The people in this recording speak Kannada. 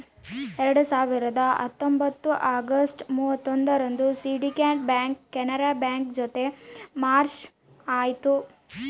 ಎರಡ್ ಸಾವಿರದ ಹತ್ತೊಂಬತ್ತು ಅಗಸ್ಟ್ ಮೂವತ್ತರಂದು ಸಿಂಡಿಕೇಟ್ ಬ್ಯಾಂಕ್ ಕೆನರಾ ಬ್ಯಾಂಕ್ ಜೊತೆ ಮರ್ಜ್ ಆಯ್ತು